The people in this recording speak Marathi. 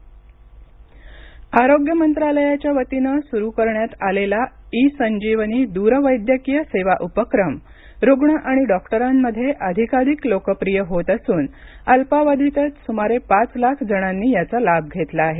ई संजीवनी आरोग्य मंत्रालयाच्यावतीने सुरू करण्यात आलेला ई संजीवनी द्रवैद्यकीय सेवा उपक्रम रूग्ण आणि डॉक्टरांमध्ये अधिकाधिक लोकप्रिय होत असून अल्पावधीतच सुमारे पाच लाख जणांनी याचा लाभ घेतला आहे